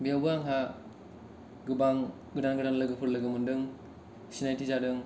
बेयावबो आंहा गोबां गोदान गोदान लोगोफोर लोगो मोनदों सिनायथि जादों